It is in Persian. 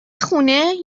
خونه